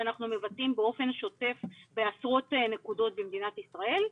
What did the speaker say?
שאנחנו מבצעים באופן שוטף בעשרות נקודות במדינת ישראל,